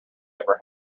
ever